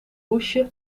hoesje